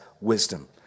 wisdom